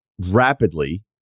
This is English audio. rapidly